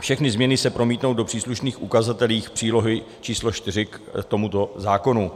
Všechny změny se promítnou do příslušných ukazatelů přílohy č. 4 k tomuto zákonu.